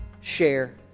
share